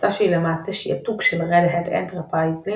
הפצה שהיא למעשה שיעתוק של Red Hat Enterprise Linux